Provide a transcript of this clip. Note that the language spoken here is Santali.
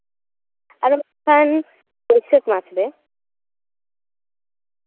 ᱟᱞᱮ ᱫᱚ ᱱᱚᱜᱼᱚᱭ ᱵᱟᱹᱭᱥᱟᱹᱠᱷ ᱢᱟᱥ ᱨᱮ